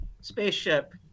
spaceship